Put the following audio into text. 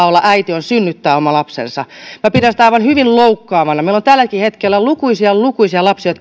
olla äiti on synnyttää oma lapsensa minä pidän sitä hyvin loukkaavana meillä on tälläkin hetkellä lukuisia lukuisia lapsia